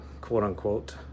quote-unquote